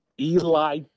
Eli